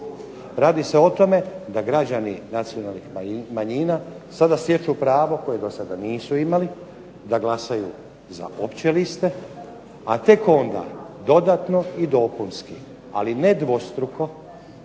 Radi se o tome da građani nacionalnih manjina sada stječu pravo, koje do sada nisu imali, da glasaju za opće liste, a tek onda dodatno i dopunski, ali ne dvostruko